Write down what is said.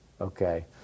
Okay